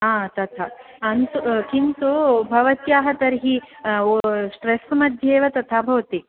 आ तथा अन्तु किन्तु भवत्याः तर्हि ऊर् स्ट्रेस् मध्ये एव तथा भवति